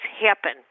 happen